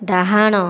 ଡାହାଣ